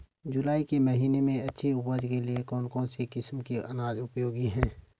जुलाई के महीने में अच्छी उपज के लिए कौन सी किस्म के अनाज उपयोगी हैं?